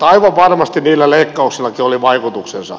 aivan varmasti niillä leikkauksillakin oli vaikutuksensa